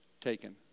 taken